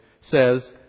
says